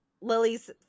Lily's